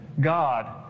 God